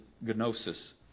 gnosis